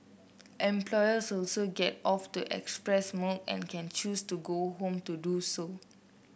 employees also get off to express milk and can choose to go home to do so